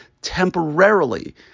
temporarily